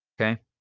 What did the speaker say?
Okay